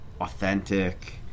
authentic